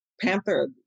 Panther